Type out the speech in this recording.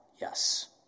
yes